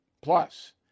plus